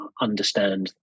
understand